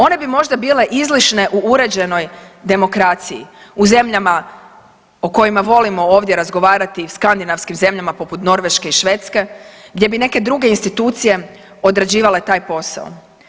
One bi možda bile izlišne u uređenoj demokraciji, u zemljama o kojima volimo ovdje razgovarati, skandinavskim zemljama poput Norveške i Švedske, gdje bi neke druge institucije određivale taj posao.